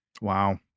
Wow